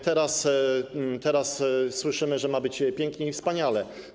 Teraz słyszymy, że ma być pięknie i wspaniale.